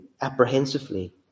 apprehensively